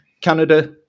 Canada